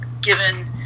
given